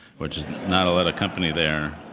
which is, not a lot of company there.